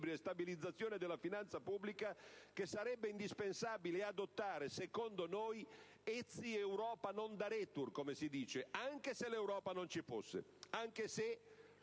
e stabilizzazione della finanza pubblica che sarebbe indispensabile adottare, secondo noi, *etsi Europa non daretur*, anche se l'Europa non ci fosse, e nella